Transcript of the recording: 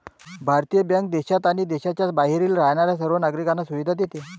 भारतीय बँक देशात आणि देशाच्या बाहेर राहणाऱ्या सर्व नागरिकांना सुविधा देते